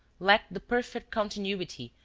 lacked the perfect continuity,